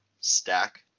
stack